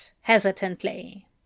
hesitantly